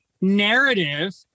narrative